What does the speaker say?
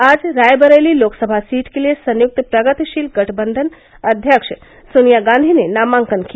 आज रायबरेली लोकसभा सीट के लिये संयुक्त प्रगतिशील गठबंधन अध्यक्ष सोनिया गांधी ने नामांकन किया